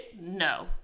no